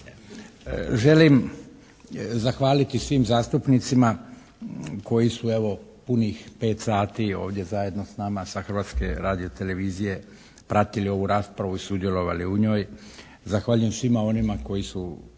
Želim zahvaliti svim zastupnicima koji su evo punih pet sat ovdje zajedno s nama sa Hrvatske radio-televizije pratili ovu raspravu i sudjelovali u njoj. Zahvaljujem svima onima koji su